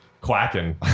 quacking